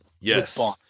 yes